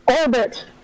Orbit